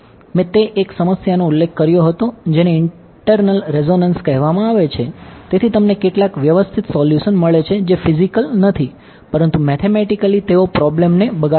મેં એક સમસ્યાનો ઉલ્લેખ કર્યો હતો જેને ઇન્ટરનલ રેઝોનન્સ તેઓ પ્રોબ્લેમને બગાડે છે